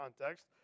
context